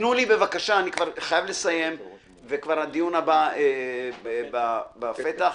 אני כבר חייב לסיים והדיון הבא כבר בפתח.